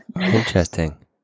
Interesting